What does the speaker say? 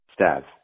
Stav